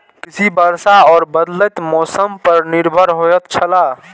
कृषि वर्षा और बदलेत मौसम पर निर्भर होयत छला